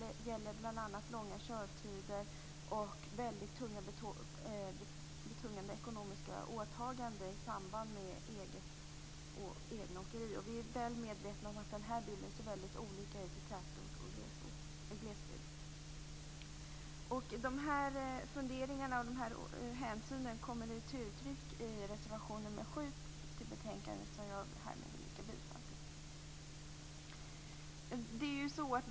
Det gäller bl.a. långa körtider och väldigt betungande ekonomiska åtaganden i samband med eget åkeri. Vi är väl medvetna om att den här bilden ser väldigt olika ut i tätort och i glesbygd. De här funderingarna och hänsynen kommer till uttryck i reservation 7 till betänkandet som jag härmed yrkar bifall till.